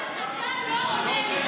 אתה לא עונה לי.